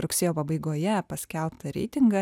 rugsėjo pabaigoje paskelbtą reitingą